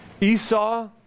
Esau